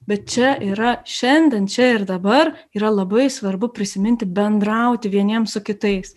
bet čia yra šiandien čia ir dabar yra labai svarbu prisiminti bendrauti vieniem su kitais